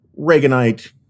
Reaganite